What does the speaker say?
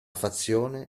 fazione